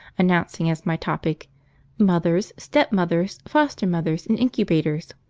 announcing as my topic mothers, stepmothers, foster-mothers, and incubators.